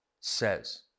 says